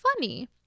funny